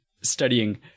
studying